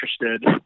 interested